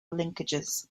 linkages